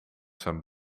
zijn